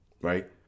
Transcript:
right